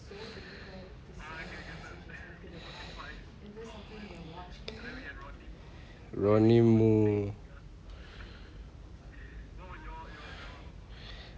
ronnie mo